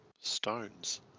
stones